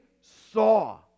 saw